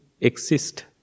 exist